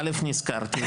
א' נזכרתי,